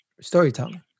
storytelling